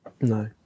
No